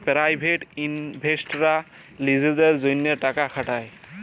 private ইলভেস্টাররা লিজেদের জ্যনহে টাকা খাটায়